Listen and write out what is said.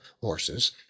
horses